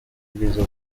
ubwiza